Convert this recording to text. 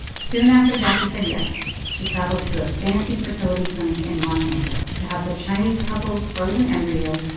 soon after jacquie said yes, she traveled to a fancy fertility clinic in los angeles to have the chinese couple's frozen embryo,